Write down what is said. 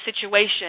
situation